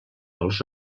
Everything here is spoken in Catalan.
els